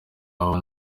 abo